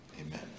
amen